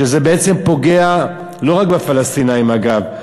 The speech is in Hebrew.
שבעצם פוגע לא רק בפלסטינים, אגב.